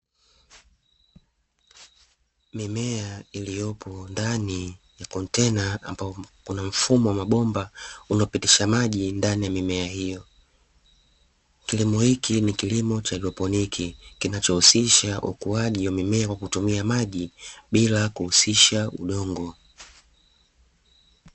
Mimea iliyopo ndani ya kontena ambao kuna mfumo wa mabomba unapitisha maji ndani ya mimea hiyo, kilimo hiki ni kilimo cha hydroponiki kinachohusisha ukuaji wa mimea kwa kutumia maji bila kuhusisha udongo.